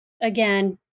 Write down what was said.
again